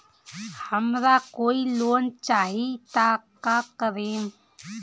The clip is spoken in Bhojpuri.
हमरा कोई लोन चाही त का करेम?